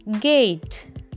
gate